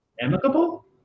Amicable